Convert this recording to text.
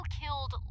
killed